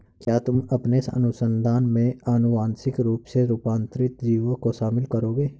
क्या तुम अपने अनुसंधान में आनुवांशिक रूप से रूपांतरित जीवों को शामिल करोगे?